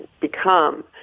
become